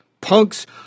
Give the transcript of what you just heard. punks